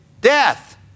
death